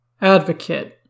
Advocate